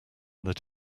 that